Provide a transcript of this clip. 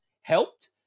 helped